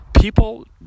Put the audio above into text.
people